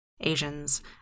Asians